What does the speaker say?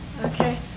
Okay